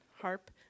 harp